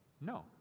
No